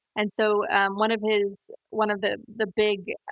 and so and one of his, one of the the big